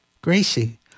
Gracie